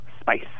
spice